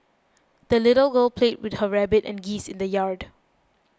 the little girl played with her rabbit and geese in the yard